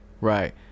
right